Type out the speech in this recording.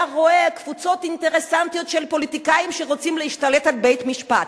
היה רואה קבוצות אינטרסנטיות של פוליטיקאים שרוצים להשתלט על בית-משפט,